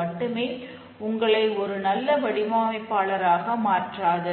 மட்டுமே உங்களை ஒரு நல்ல வடிவமைப்பாளராக மாற்றாது